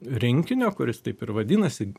rinkinio kuris taip ir vadinasi